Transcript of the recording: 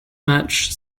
match